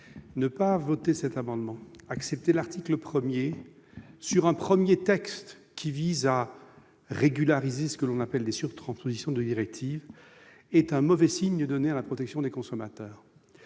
Ne pas voter ces amendements, approuver l'article 1, sur un premier texte destiné à régulariser ce que l'on appelle les surtranspositions de directive, serait donner un mauvais signe à la protection des consommateurs.